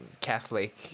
Catholic